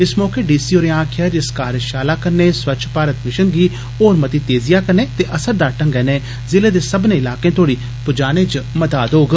इस मौके D C होरें आक्खेआ जे इस कार्जषाला कन्नै स्वच्छ भारत मिषन गी होर मती तेजिया कन्नै असरदार एंगै नै जिले दे सब्बने इलाकें तोड़ी पुजाने च मदाद होग